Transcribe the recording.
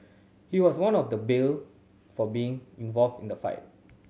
he was out of the bail for being involved in the fight